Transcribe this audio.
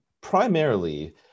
primarily